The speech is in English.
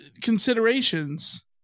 Considerations